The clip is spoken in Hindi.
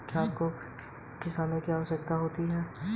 क्या कार फाइनेंस एक उपयोगिता बिल है?